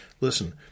Listen